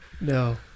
no